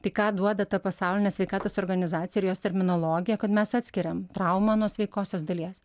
tai ką duoda ta pasaulinė sveikatos organizacija ir jos terminologija kad mes atskiriam traumą nuo sveikosios dalies